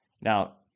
Now